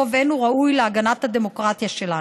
ואין הוא ראוי להגנת הדמוקרטיה שלנו.